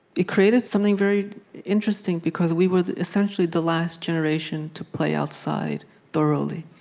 it created something very interesting, because we were essentially the last generation to play outside thoroughly.